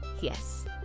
Yes